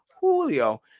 Julio